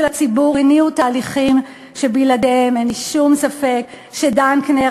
הציבור הניעו תהליכים שאין לי שום ספק שבלעדיהם דנקנר